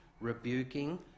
rebuking